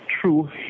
true